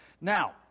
Now